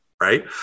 Right